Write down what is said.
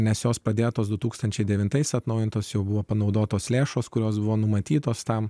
nes jos pradėtos du tūkstančiai devintais atnaujintos jau buvo panaudotos lėšos kurios buvo numatytos tam